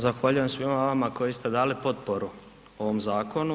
Zahvaljujem svima vama koji ste dali potporu ovom zakonu.